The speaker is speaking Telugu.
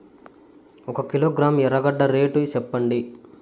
ఒక కిలోగ్రాము ఎర్రగడ్డ రేటు సెప్పండి?